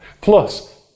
Plus